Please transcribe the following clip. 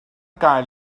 gael